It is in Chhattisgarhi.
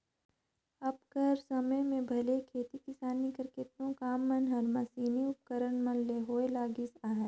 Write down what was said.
अब कर समे में भले खेती किसानी कर केतनो काम मन हर मसीनी उपकरन मन ले होए लगिस अहे